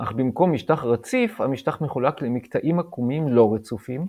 אך במקום משטח רציף המשטח מחולק למקטעים עקומים לא רצופים,